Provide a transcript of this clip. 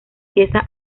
pieza